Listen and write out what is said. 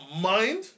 mind